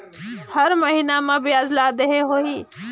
हर महीना मा ब्याज ला देहे होही?